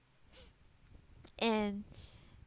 and